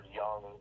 young